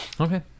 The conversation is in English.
Okay